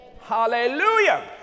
Hallelujah